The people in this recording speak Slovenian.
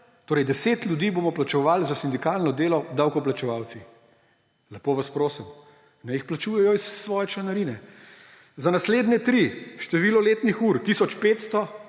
torej 10 ljudi bomo plačeval za sindikalno delo davkoplačevalci. Lepo vas prosim, naj jih plačujejo iz svoje članarine. Za naslednje tri, število letnih ur –